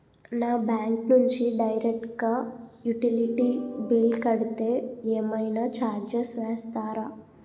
నా బ్యాంక్ నుంచి డైరెక్ట్ గా యుటిలిటీ బిల్ కడితే ఏమైనా చార్జెస్ వేస్తారా?